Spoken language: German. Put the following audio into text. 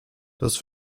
das